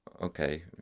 okay